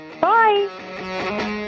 Bye